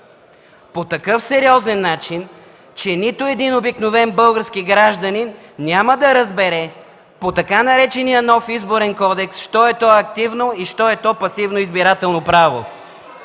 по такъв сериозен начин, че нито един обикновен български гражданин няма да разбере по така наречения „нов Изборен кодекс” що е то „активно” и що е то „пасивно избирателно право”!